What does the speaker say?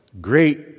great